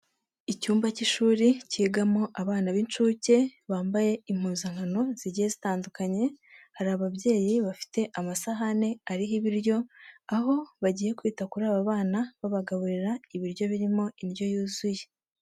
Icyumba cy'ishuri kigamo abana b'incuke bambaye impuzankano zigiye zitandukanye, hari ababyeyi bafite amasahani ariho ibiryo, aho bagiye kwita kuri aba bana babagaburira ibiryo birimo indyo yuzuye.